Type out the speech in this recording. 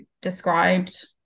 described